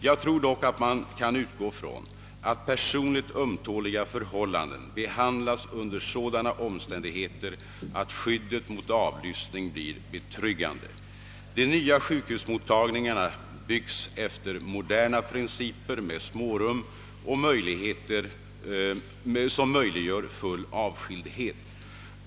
Jag tror dock att man kan utgå från att personligt ömtåliga förhållanden behandlas under sådana omständigheter, att skyddet mot avlyssning blir betryggande. efter moderna principer med smårum som möjliggör full avskildhet.